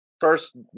first